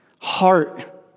heart